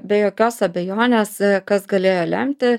be jokios abejonės kas galėjo lemti